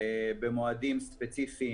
במועדים ספציפיים.